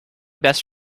best